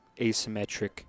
asymmetric